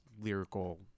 lyrical